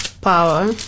power